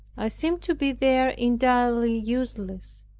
i seemed to be there entirely useless.